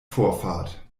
vorfahrt